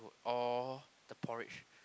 or the porridge